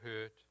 hurt